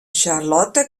charlotte